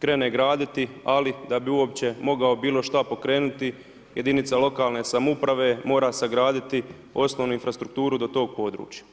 krene graditi, ali da bi uopće mogao bilo šta pokrenuti jedinica lokalne samouprave mora sagraditi osnovnu infrastrukturu do tog područja.